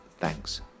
Thanks